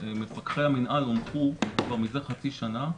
מפקחי המינהל הונחו כבר מזה חצי שנה,